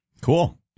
Cool